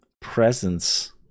presence